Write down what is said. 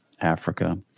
Africa